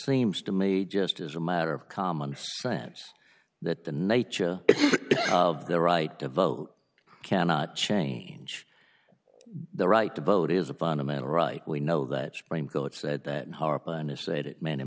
seems to me just as a matter of common sense that the nature of the right to vote cannot change the right to vote is a fundamental right we know that supreme court said that